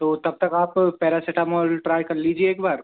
तो तब तक आप पेरासिटामोल ट्राई कर लीजिए एक बार